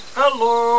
hello